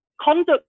conduct